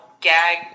gag